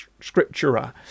scriptura